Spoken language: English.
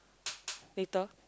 later